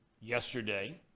yesterday